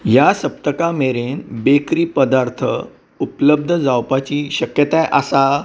ह्या सप्तका मेरेन बेकरी पदार्थ उपलब्ध जावपाची शक्यताय आसा